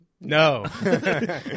No